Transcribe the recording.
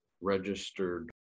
registered